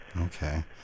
Okay